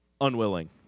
unwilling